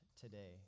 today